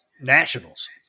Nationals